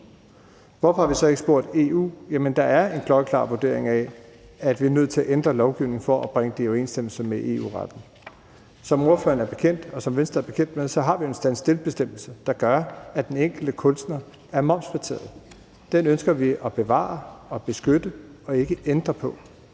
Hvorfor har vi så ikke spurgt EU? Jamen der er en klokkeklar vurdering af, at vi er nødt til at ændre lovgivningen for at bringe den i overensstemmelse med EU-retten. Som ordføreren og Venstre er bekendt med, har vi en standstillbestemmelse, der gør, at den enkelte kunstner er momsfritaget, og den ønsker vi at bevare og beskytte og ikke ændre på.